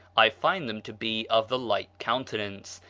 i find them to be of the like countenance,